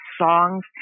songs